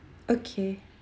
okay